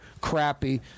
crappy